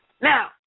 Now